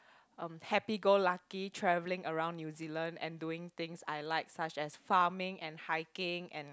um happy go lucky travelling around New Zealand and doing things I like such as farming and hiking and